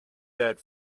that